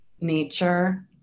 nature